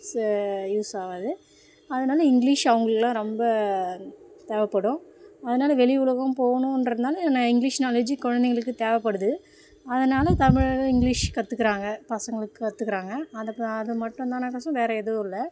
use ஆகாது அதனால் English அவங்களுக்குலாம் ரொம்ப தேவைப்படும் அதனால் வெளி உலகம் போகணுன்றதுனால நான் இங்கிலிஷ் நாலேஜு குழந்தைங்களுக்கு தேவைப்படுது அதனால் தமிழ் இங்கிலிஷ் கற்றுக்கிறாங்க பசங்கள் கற்றுக்கிறாங்க அதுக்கு அது மட்டும்தானுக்கொசரம் வேறு எதுவும் இல்லை